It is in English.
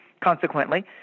consequently